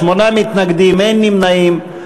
שמונה מתנגדים, אין נמנעים.